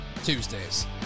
Tuesdays